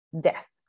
death